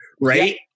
right